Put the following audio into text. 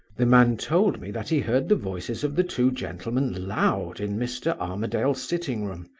the man told me that he heard the voices of the two gentlemen loud in mr. armadale's sitting-room.